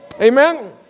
Amen